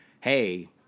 Hey